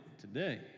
today